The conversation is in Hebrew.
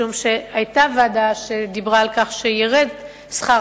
משום שהיתה ועדה שדיברה על כך שירד שכר